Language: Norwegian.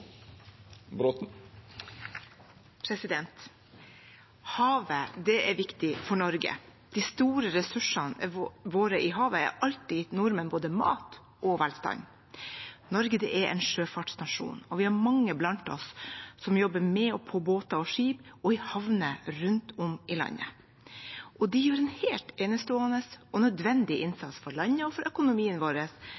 Havet er viktig for Norge. De store ressursene våre i havet har alltid gitt nordmenn både mat og velstand. Norge er en sjøfartsnasjon, og vi har mange blant oss som jobber med og på båter og skip og i havner rundt om i landet. De gjør en helt enestående og nødvendig